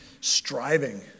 striving